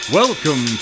welcome